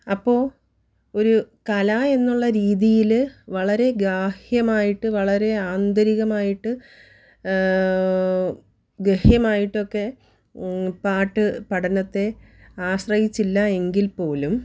അപ്പോൾ ഒരു കല എന്നുള്ള രീതിയിൽ വളരെ ഗാഹ്യമായിട്ട് വളരെ ആന്തരികമായിട്ട് ഗാഹ്യമായിട്ടൊക്കെ പാട്ട് പഠനത്തെ ആശ്രയിച്ചില്ല എങ്കിൽ പോലും